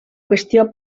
qüestió